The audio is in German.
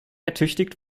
ertüchtigt